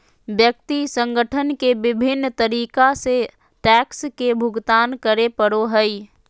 व्यक्ति संगठन के विभिन्न तरीका से टैक्स के भुगतान करे पड़ो हइ